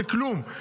זה כלום.